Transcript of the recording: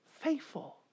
faithful